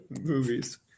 movies